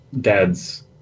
dad's